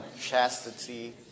chastity